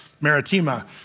Maritima